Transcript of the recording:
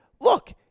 look